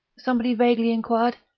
somebody vaguely inquired.